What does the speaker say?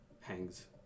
hangs